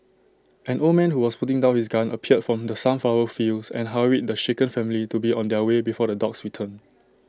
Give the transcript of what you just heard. an old man who was putting down his gun appeared from the sunflower fields and hurried the shaken family to be on their way before the dogs return